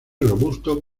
robusto